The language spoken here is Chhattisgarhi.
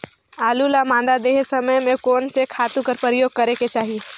आलू ल मादा देहे समय म कोन से खातु कर प्रयोग करेके चाही?